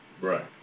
Right